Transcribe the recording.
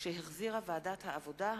שהחזירה ועדת העבודה,